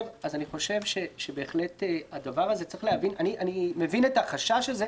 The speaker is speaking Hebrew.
אני מבין את החשש הזה.